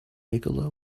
nikola